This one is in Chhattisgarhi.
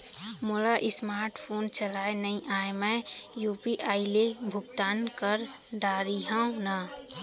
मोला स्मार्ट फोन चलाए नई आए मैं यू.पी.आई ले भुगतान कर डरिहंव न?